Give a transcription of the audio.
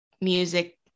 music